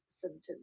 symptoms